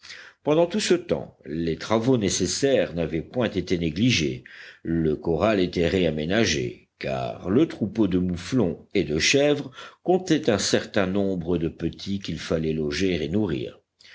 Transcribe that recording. pendant tout ce temps les travaux nécessaires n'avaient point été négligés le corral était réaménagé car le troupeau de mouflons et de chèvres comptait un certain nombre de petits qu'il fallait loger et nourrir